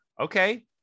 Okay